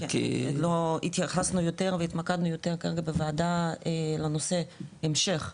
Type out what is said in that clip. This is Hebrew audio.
התייחסנו יותר והתמקדנו יותר כרגע בוועדה על נושא ההמשך.